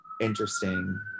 interesting